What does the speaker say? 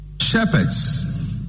shepherds